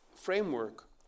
framework